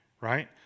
right